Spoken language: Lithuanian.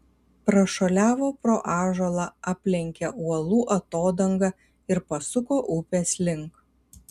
prašuoliavo pro ąžuolą aplenkė uolų atodangą ir pasuko upės link